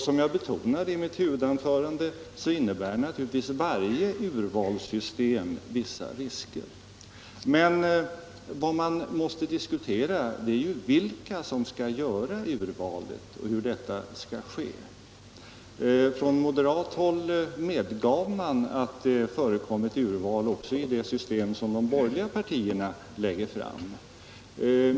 Som jag betonade i mitt huvudanförande innebär naturligtvis varje urvalssystem vissa risker. Men vad man måste diskutera är vilka som skall göra urvalet och hur detta skall ske. Från moderat håll medgav man att det förekom ett urval också i det system som de borgerliga partierna lägger fram.